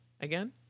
again